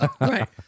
Right